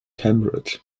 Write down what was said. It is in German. cambridge